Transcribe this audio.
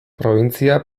probintzia